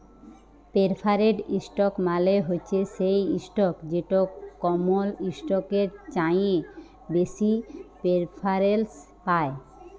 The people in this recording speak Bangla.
পেরফারেড ইসটক মালে হছে সেই ইসটক যেট কমল ইসটকের চাঁঁয়ে বেশি পেরফারেলস পায়